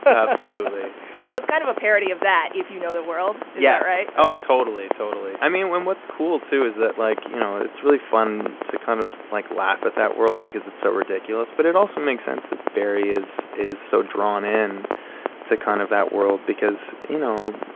absolutely so it's kind of a parody of that, if you know the world yeah right? ok oh, totally. totally. i mean, and what's cool too is that, like, you know, it's really fun to kind of, like, laugh at that world because it's so ridiculous. but it also makes sense that barry is is so drawn in to kind of that world because, you know,